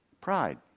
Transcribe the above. Pride